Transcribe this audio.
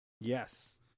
Yes